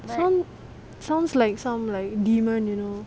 so sounds like some like demon you know